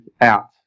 out